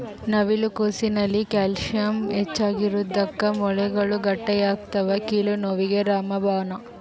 ನವಿಲು ಕೋಸಿನಲ್ಲಿ ಕ್ಯಾಲ್ಸಿಯಂ ಹೆಚ್ಚಿಗಿರೋದುಕ್ಕ ಮೂಳೆಗಳು ಗಟ್ಟಿಯಾಗ್ತವೆ ಕೀಲು ನೋವಿಗೆ ರಾಮಬಾಣ